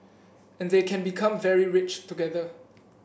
and they can become very rich together